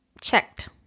checked